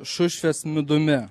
šušvės midumi